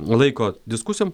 laiko diskusijom